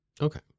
Okay